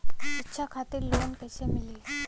शिक्षा खातिर लोन कैसे मिली?